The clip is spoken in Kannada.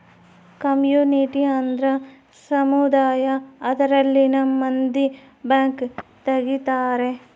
ಕಮ್ಯುನಿಟಿ ಅಂದ್ರ ಸಮುದಾಯ ಅದರಲ್ಲಿನ ಮಂದಿ ಬ್ಯಾಂಕ್ ತಗಿತಾರೆ